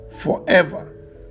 forever